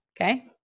okay